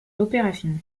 l’opération